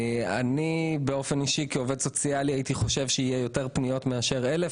אני באופן אישי כעובד סוציאלי הייתי חושב שיהיו יותר פניות מ-1,000,